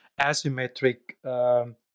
asymmetric